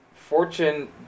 Fortune